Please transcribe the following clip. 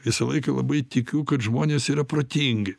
visą laiką labai tikiu kad žmonės yra protingi